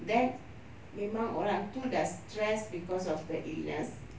then memang orang itu dah stress because of the illness